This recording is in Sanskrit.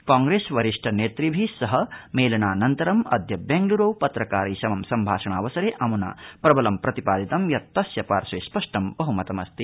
कांग्रेस वरिष्ठनेतृभि सह मेलनानन्तरम् अद्य बेंगलूरौ पत्रकारै समं सम्भाषणावसरे अमुना प्रबलं प्रतिपादितं यत् तस्य पार्श्वे स्पष्ट बह्मतस्ति